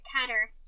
cutter